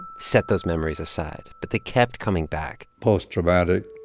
set those memories aside, but they kept coming back post-traumatic